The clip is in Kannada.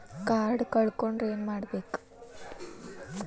ಕಾರ್ಡ್ ಕಳ್ಕೊಂಡ್ರ ಏನ್ ಮಾಡಬೇಕು?